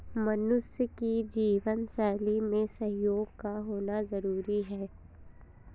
मनुष्य की जीवन शैली में सहयोग का होना जरुरी है